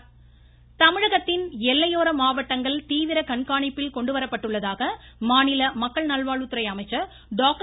விஜயபாஸ்கர் தமிழகத்தின் எல்லையோர மாவட்டங்கள் தீவிர கண்காணிப்பில் கொண்டு வரப்பட்டுள்ளதாக மாநில மக்கள் நல்வாழ்வுத்துறை அமைச்சர் டாக்டர்